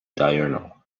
diurnal